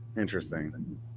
Interesting